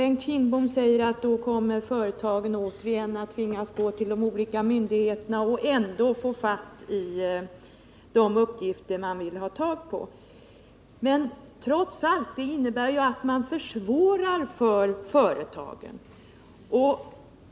Bengt Kindbom säger att företagen återigen skulle tvingas vända sig till de olika myndigheterna och då i alla fall få de uppgifter de önskar. Men detta innebär trots allt att man gör det svårare för företagen.